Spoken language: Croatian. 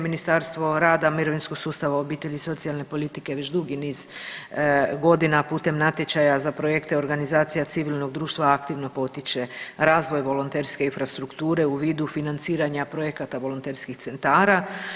Ministarstvo rada, mirovinskog sustava, obitelji i socijalne politike već dugi niz godina putem natječaja za projekte organizacija civilnog društva aktivno potiče razvoj volonterske infrastrukture u vidu financiranja projekta volonterskih centara.